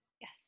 Yes